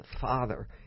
Father